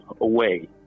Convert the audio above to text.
away